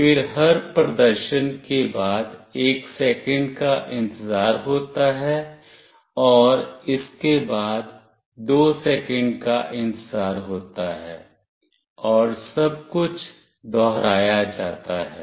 फिर हर प्रदर्शन के बाद 1 सेकंड का इंतजार होता है और इसके बाद 2 सेकंड का इंतजार होता है और सब कुछ दोहराया जाता है